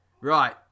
right